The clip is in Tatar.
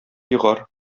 егар